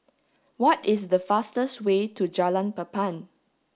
what is the fastest way to Jalan Papan